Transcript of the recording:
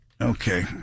Okay